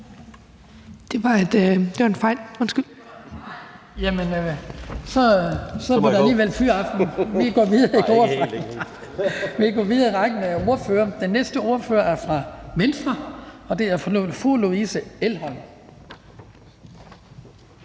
Kristian Skibby): Så var der alligevel fyraften. Vi går videre i rækken af ordførere. Den næste ordfører er fra Venstre, og det er fru Louise Elholm.